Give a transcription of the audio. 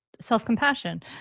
self-compassion